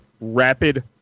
Rapid